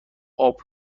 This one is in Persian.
اَپ